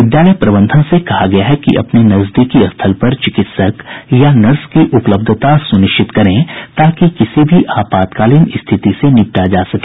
विद्यालय प्रबंधन से कहा गया है कि अपने नजदीकी स्थल पर चिकित्सक या नर्स की उपलब्धता सुनिश्चित करें ताकि किसी भी आपातकालीन स्थिति से निपटा जा सके